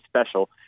special